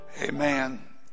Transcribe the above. Amen